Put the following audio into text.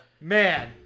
man